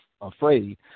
afraid